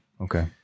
Okay